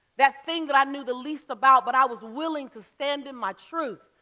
that thing that i knew the least about, but i was willing to stand in my truth.